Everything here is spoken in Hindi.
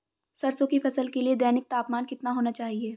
सरसों की फसल के लिए दैनिक तापमान कितना होना चाहिए?